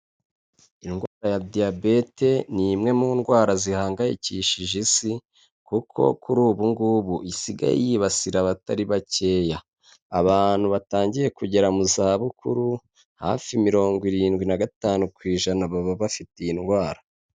Indwara ya diyabete n'imwe mu ndwara zihangayikishije isi, kuko kuri ubu nngubu isigaye yibasira abatari bakeya, abantu batangiye kugera mu za bukuru hafi mirongo irindwi nagatanu kw'ijana baba bafite iyi ndwara.